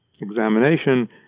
examination